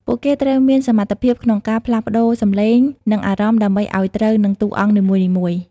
ពួកគេត្រូវមានសមត្ថភាពក្នុងការផ្លាស់ប្តូរសំឡេង និងអារម្មណ៍ដើម្បីឱ្យត្រូវនឹងតួអង្គនីមួយៗ។